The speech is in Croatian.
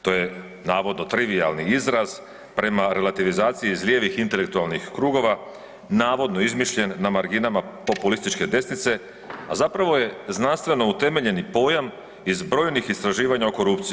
To je navodno trivijalni izraz prema relativizaciji iz lijevih intelektualnih krugova navodno izmišljen na marginama populističke desnice, a zapravo je znanstveno utemeljeni pojam iz brojnih istraživanja o korupciji.